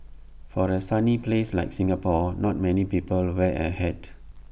for A sunny place like Singapore not many people wear A hat